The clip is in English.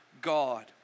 God